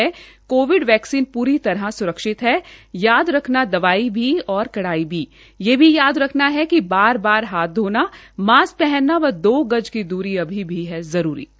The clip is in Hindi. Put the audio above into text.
कोविड वैक्सीन पूरी तरह स्रक्षित है याद रखना दवाई भी और कड़ाई भी यह भी याद रखना है कि बार बार हाथ धोना मास्क पहनना व दो गज की दूरी अभी भी जरूरी है